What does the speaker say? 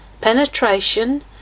penetration